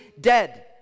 dead